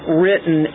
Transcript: written